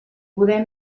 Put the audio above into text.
poder